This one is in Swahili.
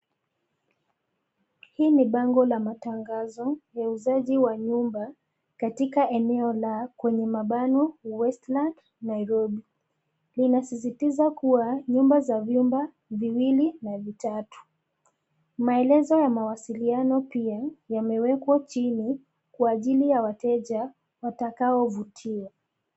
Hii ni bango la matangazo ya uuzaji wa nyumba katika eneo la, kwenye mabano Westlands, Nairobi, linasisitiza kuwa nyumba za vyumba viwili na vitatu. Maelezo ya mawasiliano pia yamewekwa chini kwa ajili ya wateja watakaovutiwa.